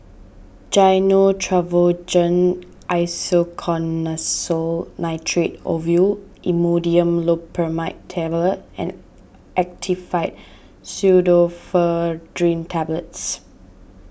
Gyno Travogen Isoconazole Nitrate Ovule Imodium Loperamide Tablets and Actifed Pseudoephedrine Tablets